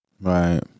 Right